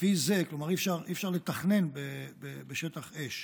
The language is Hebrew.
לפי זה אי-אפשר לתכנן בשטח אש.